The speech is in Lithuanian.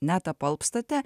net apalpstate